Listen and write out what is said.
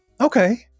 Okay